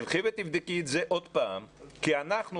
תלכו ותבדקי את זה עוד פעם כי אנחנו,